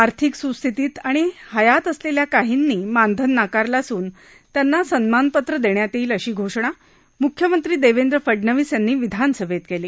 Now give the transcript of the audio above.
आर्थिक सुस्थितीत आणि हयात असलेल्या काहींनी मानधन नाकारले असून त्यांना सन्मानपत्र देण्यात येईल अशी घोषणा मुख्यमंत्री देवेंद्र फडणवीस यांनी विधानसभेत केली